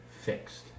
fixed